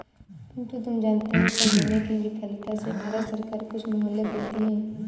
पिंटू तुम जानते हो कर देने की विफलता से भारत सरकार कुछ मोहलत देती है